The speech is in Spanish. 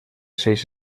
seis